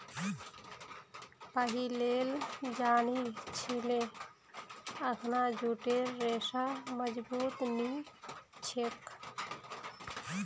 पहिलेल जानिह छिले अखना जूटेर रेशा मजबूत नी ह छेक